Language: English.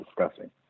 discussing